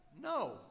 no